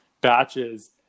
batches